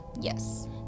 Yes